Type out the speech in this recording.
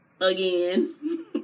again